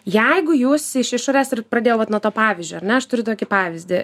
jeigu jūs iš išorės ir pradėjau vat nuo to pavyzdžio ar ne aš turiu tokį pavyzdį